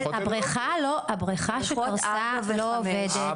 הבריכה שקרסה לא עובדת.